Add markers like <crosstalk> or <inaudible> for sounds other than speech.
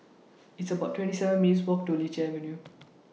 <noise> It's about twenty seven minutes' Walk to Lichi Avenue